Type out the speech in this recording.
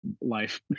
life